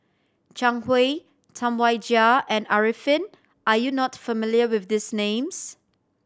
Zhang Hui Tam Wai Jia and Arifin are you not familiar with these names